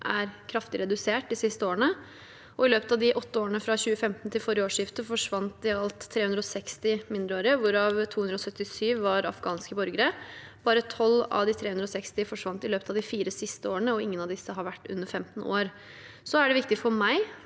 er kraftig redusert de siste årene. I løpet av de åtte årene fra 2015 til forrige årsskifte forsvant i alt 360 mindreårige, hvorav 277 var afghanske borgere. Bare 12 av de 360 forsvant i løpet av de fire siste årene, og ingen av disse har vært under 15 år. Så er det viktig for meg